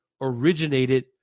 originated